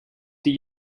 die